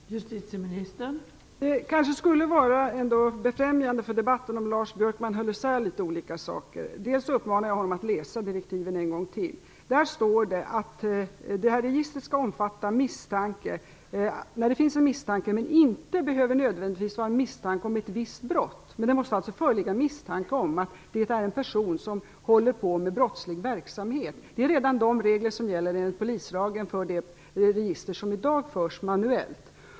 Fru talman! Det kanske skulle vara befrämjande för debatten om Lars Björkman höll isär sakerna. Jag uppmanar honom att läsa direktiven än gång till. Där står det att registret skall omfatta personer som man misstänker, men det behöver inte nödvändigtvis vara misstanke om ett visst brott. Det måste alltså föreligga misstanke om att det är en person som håller på med brottslig verksamhet. Det är de regler som enligt polislagen redan gäller för de register som i dag förs manuellt.